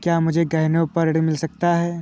क्या मुझे गहनों पर ऋण मिल सकता है?